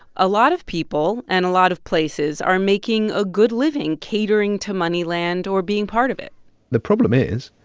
a lot of people and a lot of places are making a good living catering to moneyland, or being part of it the problem is,